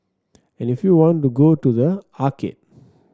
and if you want to go to the arcade